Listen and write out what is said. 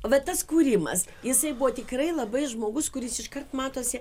vat tas kūrimas jisai buvo tikrai labai žmogus kuris iškart matosi